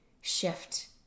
shift